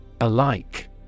ALIKE